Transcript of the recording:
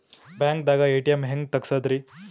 ಬ್ಯಾಂಕ್ದಾಗ ಎ.ಟಿ.ಎಂ ಹೆಂಗ್ ತಗಸದ್ರಿ?